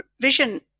vision